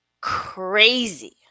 crazy